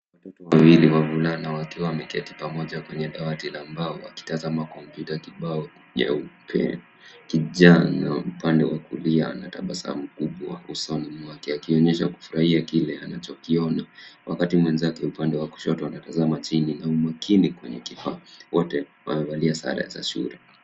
Watoto wawili wavulana wakiwa wameketi pamoja kwenye dawati la mbao wakitazama kompyuta kibao nyeupe kijano upande wa kulia, na tabasamu kubwa usoni mwake akionyesha kufurahia kile anachokiona wakati mwenzake upande wa kushoto anatazama chini au makini kwenye kifaa. Wote wamevalia sare za shule.